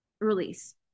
release